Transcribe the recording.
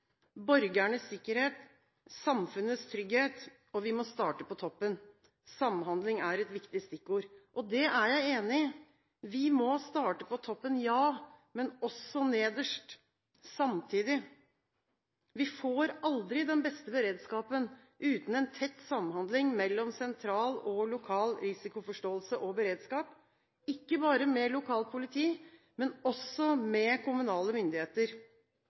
sikkerhet. Samfunnets trygghet. Og vi må starte på toppen». «Samhandling» er et viktig stikkord. Det er jeg enig i. Vi må starte på toppen, ja, men også nederst – samtidig. Vi får aldri den beste beredskapen uten en tett samhandling mellom sentral og lokal risikoforståelse og beredskap, ikke bare med lokalt politi, men også med kommunale myndigheter.